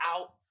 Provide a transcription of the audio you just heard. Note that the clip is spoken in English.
out